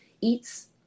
Eats